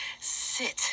sit